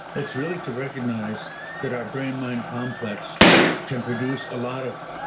it's really to recognize that our brain mind complex can produce a lot of.